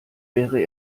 wäre